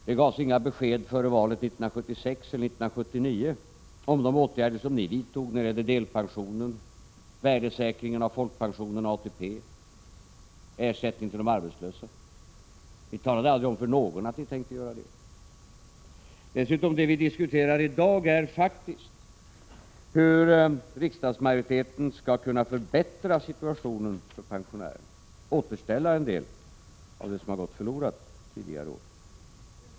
Det gavs inga besked före valet 1976 eller 1979 om de åtgärder som ni vidtog när det gällde delpensionen, värdesäkringen av folkpensionen och ATP och ersättningen till de arbetslösa. Ni talade aldrig om för någon vad ni tänkte göra. Dessutom: Det vi diskuterar i dag är hur riksdagsmajoriteten skall kunna förbättra situationen för pensionärerna och återställa en del av det som har gått förlorat under tidigare år.